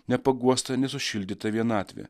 nepaguosta nesušildyta vienatvė